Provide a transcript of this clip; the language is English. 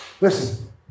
Listen